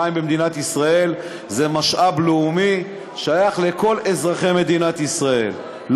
מים במדינת ישראל זה משאב לאומי ששייך לכל אזרחי מדינת ישראל,